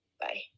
Bye